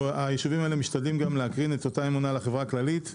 היישובים האלה משתדלים גם להקרין את אותה אמונה לחברה הכללית וגם,